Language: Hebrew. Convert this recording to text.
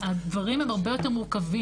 הדברים הם הרבה יותר מורכבים.